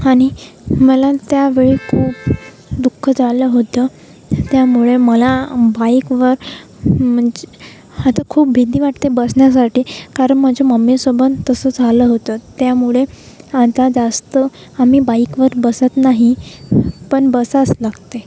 आणि मला त्यावेळी खूप दु ख झालं होतं त्यामुळे मला बाइकवर म्हणजे आता खूप भीती वाटते बसण्यासाठी कारण माझ्या मम्मीसोबत तसं झालं होतं त्यामुळे आता जास्त आम्ही बाइकवर बसत नाही पण बसा लागते